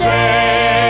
Say